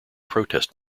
protest